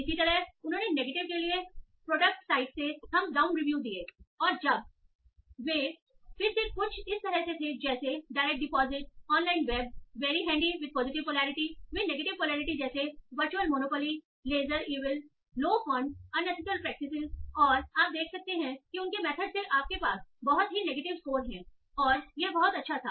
इसी तरह उन्होंने नेगेटिव के लिए प्रोडक्ट साइट से थम्स डाउन रिव्यू दिए और जब वे फिर से कुछ इस तरह थे जैसे direct deposit online web very handy with positive polarity वे नेगेटिव पोलैरिटी जैसे virtual monopoly lesser evil low fund unethical practices और आप देख सकते हैं कि उनके मेथड्स से आपके पास बहुत ही नेगेटिव सकोर हैं और यह बहुत अच्छा था